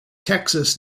texas